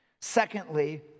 Secondly